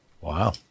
wow